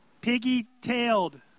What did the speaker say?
piggy-tailed